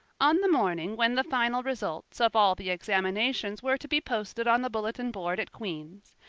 on the morning when the final results of all the examinations were to be posted on the bulletin board at queen's,